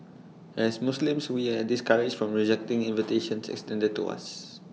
as Muslims we are discouraged from rejecting invitations extended to us